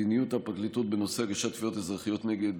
מדיניות הפרקליטות בנושא הגשת תביעות אזרחיות נגד